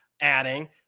adding